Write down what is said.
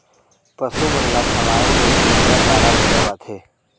पसु मन ल खवाए के सुक्खा चारा घलौ आथे